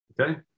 okay